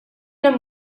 hemm